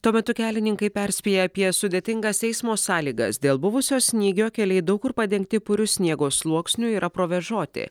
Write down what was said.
tuo metu kelininkai perspėja apie sudėtingas eismo sąlygas dėl buvusio snygio keliai daug kur padengti puriu sniego sluoksniu yra provėžoti